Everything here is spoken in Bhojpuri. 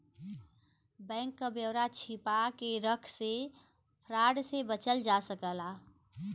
बैंक क ब्यौरा के छिपा के रख से फ्रॉड से बचल जा सकला